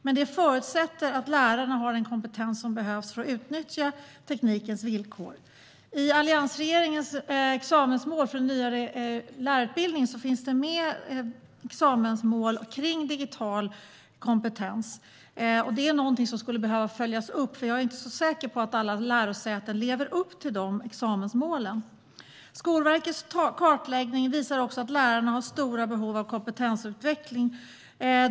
Men det förutsätter att lärarna har den kompetens som behövs för att utnyttja teknikens villkor. I alliansregeringens examensmål för en nyare lärarutbildning finns mål för digital kompetens. Det är något som behöver följas upp. Jag är inte så säker på att alla lärosäten lever upp till de examensmålen. Skolverkets kartläggning visar också att lärarna har stora behov av kompetensutveckling.